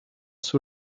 sous